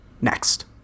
Next